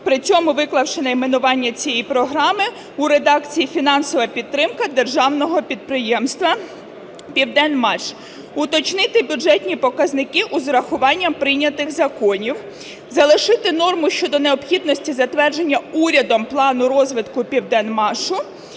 при цьому, виклавши найменування цієї програми у редакції фінансова підтримка державного підприємства "Південмаш". Уточнити бюджетні показники з урахуванням прийнятих законів. Залишити норму щодо необхідності затвердження урядом плану розвитку "Південмашу".